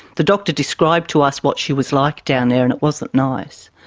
the doctor described to us what she was like down there, and it wasn't nice,